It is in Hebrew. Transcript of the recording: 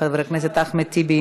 חבר הכנסת אחמד טיבי,